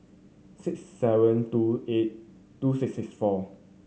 six seven two eight two six six four